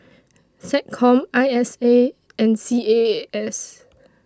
Seccom I S A and C A A S